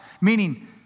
Meaning